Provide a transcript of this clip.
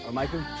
ah michael,